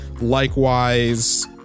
Likewise